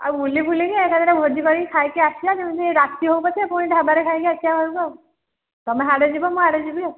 ଆଉ ବୁଲି ବୁଲାକି ଏକାଠାରେ ଭୋଜି କରିକି ଖାଇକି ଆସିବା ଯେମିତି ରାତି ହଉ ପଛେ ସେ ପୁଣି ଢାବାରେ ଖାଇକି ଆସିବା ଘରକୁ ଆଉ ତମେ ହାଡ଼େ ଯିବ ମୁଁ ଆଡ଼େ ଯିବି ଆଉ